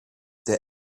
der